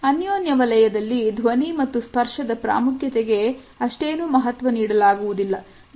ಅನ್ಯೋನ್ಯ ವಲಯದಲ್ಲಿ ಧ್ವನಿ ಮತ್ತು ಸ್ಪರ್ಶದ ಪ್ರಾಮುಖ್ಯತೆಗೆ ಅಷ್ಟೇನೂ ಮಹತ್ವ ನೀಡಲಾಗುವುದಿಲ್ಲ